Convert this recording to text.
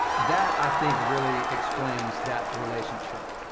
that, i think, really explains that relationship.